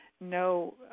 no